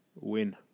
win